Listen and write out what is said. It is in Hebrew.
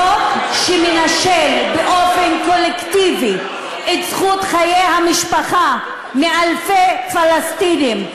חוק שמנשל באופן קולקטיבי את זכות חיי המשפחה מאלפי פלסטינים.